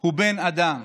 הוא בן אדם.